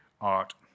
art